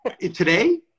Today